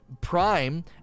prime